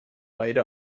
beide